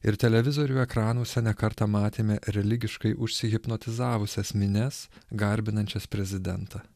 ir televizorių ekranuose ne kartą matėme religiškai užsihipnotizavusias minias garbinančias prezidentą